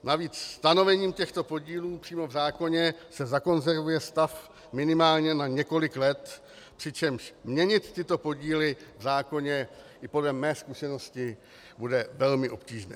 Navíc stanovením těchto podílů přímo v zákoně se zakonzervuje stav minimálně na několik let, přičemž měnit tyto podíly v zákoně i podle mé zkušenosti bude velmi obtížné.